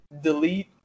delete